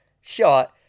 shot